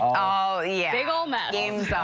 oh yeah oh my god,